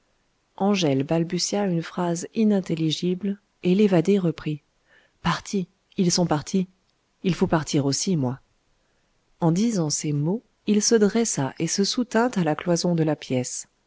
angèle balbutia une phrase inintelligible et l'évadé reprit partis ils sont partis il faut partir aussi moi en disant ces mots il se dressa et se soutint à la cloison de la pièce